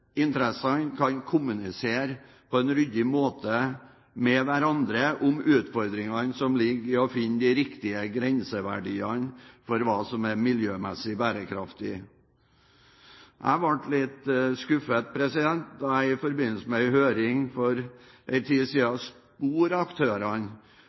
kan kommunisere på en ryddig måte med hverandre om utfordringene som ligger i å finne de riktige grenseverdiene for hva som er miljømessig bærekraftig. Jeg ble litt skuffet da jeg i forbindelse med en høring for en tid